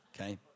Okay